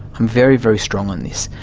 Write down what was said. i'm very, very strong on this.